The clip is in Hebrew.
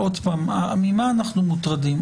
עוד פעם, ממה אנחנו מוטרדים?